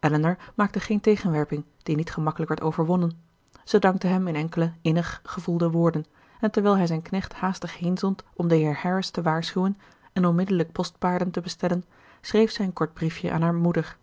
elinor maakte geene tegenwerping die niet gemakkelijk werd overwonnen zij dankte hem in enkele innig gevoelde woorden en terwijl hij zijn knecht haastig heenzond om den heer harris te waarschuwen en onmiddellijk postpaarden te bestellen schreef zij een kort briefje aan hare moeder